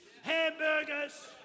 hamburgers